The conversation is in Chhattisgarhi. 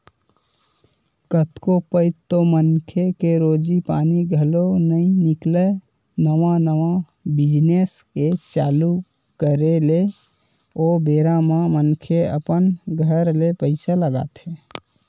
कतको पइत तो मनखे के रोजी पानी घलो नइ निकलय नवा नवा बिजनेस के चालू करे ले ओ बेरा म मनखे अपन घर ले पइसा लगाथे